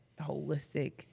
holistic